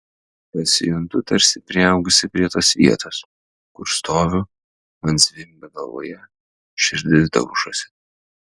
pasijuntu tarsi priaugusi prie tos vietos kur stoviu man zvimbia galvoje širdis daužosi